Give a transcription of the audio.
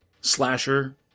slasher